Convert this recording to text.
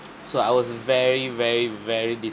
so I was very very very